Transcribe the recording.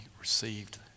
received